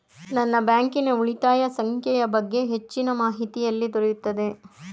ನನ್ನ ಬ್ಯಾಂಕಿನ ಉಳಿತಾಯ ಸಂಖ್ಯೆಯ ಬಗ್ಗೆ ಹೆಚ್ಚಿನ ಮಾಹಿತಿ ಎಲ್ಲಿ ದೊರೆಯುತ್ತದೆ?